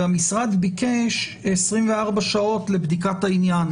והמשרד ביקש 24 שעות לבדיקת העניין.